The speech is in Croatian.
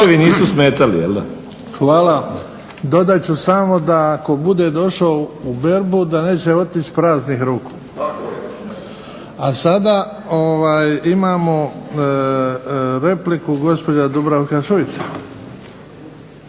Hvala. Dodat ću samo da tko bude došao u berbu da neće otići praznih ruku. A sada imamo repliku, gospođa Dubravka Šuica.